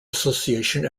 association